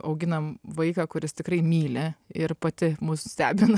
auginam vaiką kuris tikrai myli ir pati mus stebina